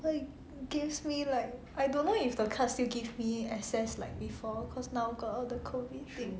like gives me like I don't know if the card still give me access like before cause now got all the COVID thing